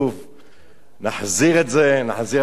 נחזיר את זה, נחזיר אבדה לבעליה.